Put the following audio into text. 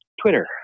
Twitter